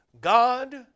God